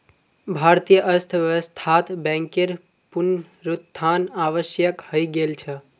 भारतीय अर्थव्यवस्थात बैंकेर पुनरुत्थान आवश्यक हइ गेल छ